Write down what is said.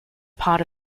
part